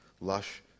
lush